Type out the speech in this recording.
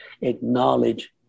acknowledge